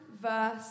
verse